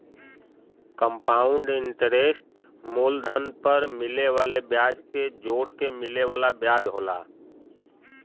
compound interest मूलधन पर मिले वाले ब्याज के जोड़के मिले वाला ब्याज होला